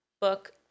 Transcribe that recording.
book